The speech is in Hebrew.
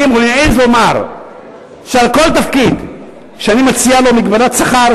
אני מעז לומר שעל אותו תפקיד שאני מציע בו מגבלת שכר,